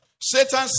satan